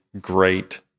great